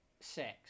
Sex